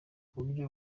uburyo